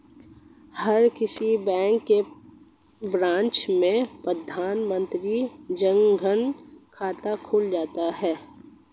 हर किसी बैंक की ब्रांच में प्रधानमंत्री जन धन खाता खुल जाता है